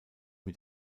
mit